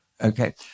Okay